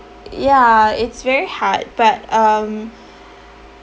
ya it's very hard but um